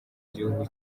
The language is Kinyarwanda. gihugu